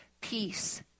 peace